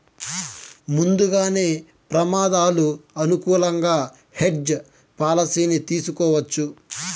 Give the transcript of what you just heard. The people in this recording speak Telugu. ముందుగానే ప్రమాదాలు అనుకూలంగా హెడ్జ్ పాలసీని తీసుకోవచ్చు